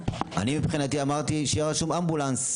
מבחינתי אמרתי שיהיה רשום "אמבולנס",